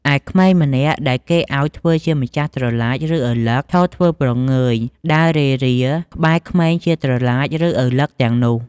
ឯក្មេងម្នាក់ដែលគេឲ្យ ធ្វើជាម្ចាស់ត្រឡាច ឬឪឡឹកឈរធ្វើព្រងើយ ដើររេរាៗ ក្បែរក្មេងជាត្រឡាច ឬ ឪឡឹកទាំងនោះ។